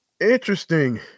Interesting